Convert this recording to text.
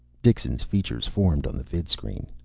dixon's features formed on the vidscreen.